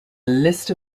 list